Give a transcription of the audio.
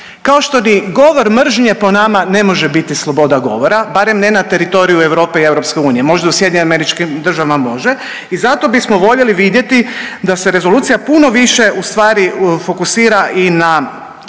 Kao što ni govor mržnje, po nama ne može biti sloboda govora, barem ne na teritoriju Europe i EU, možda u SAD-u može i zato bismo voljeli vidjeti da se rezolucija puno više ustvari fokusira i na